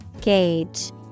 Gauge